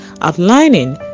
outlining